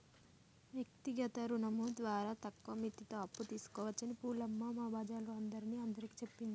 వ్యక్తిగత రుణం ద్వారా తక్కువ మిత్తితో అప్పు తీసుకోవచ్చని పూలమ్మ మా బజారోల్లందరిని అందరికీ చెప్పింది